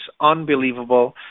unbelievable